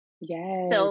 Yes